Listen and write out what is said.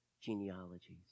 Genealogies